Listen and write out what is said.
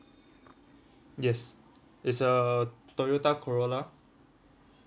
yes it's a Toyota Corolla